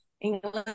English